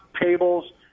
tables